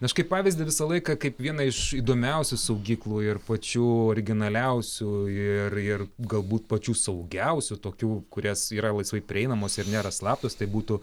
aš kaip pavyzdį visą laiką kaip vieną iš įdomiausių saugyklų ir pačių originaliausių ir ir galbūt pačių saugiausių tokių kurios yra laisvai prieinamos ir nėra slaptos tai būtų